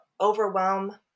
overwhelm